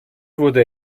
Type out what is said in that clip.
wurde